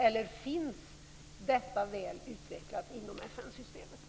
Eller finns detta väl utvecklat inom FN-systemet?